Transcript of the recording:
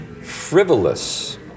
frivolous